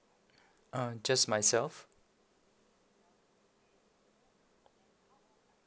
uh just myself